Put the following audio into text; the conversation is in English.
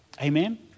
Amen